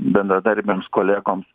bendradarbiams kolegom